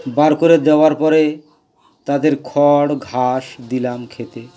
বার করে দেওয়ার পরে তাদের খড় ঘাস দিলাম খেতে